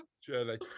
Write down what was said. surely